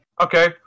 Okay